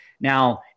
Now